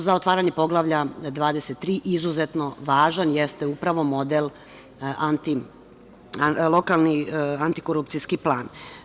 Za otvaranje Poglavlja 23. izuzetno važan jeste upravo model lokalni antikorupcijski plan.